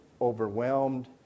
overwhelmed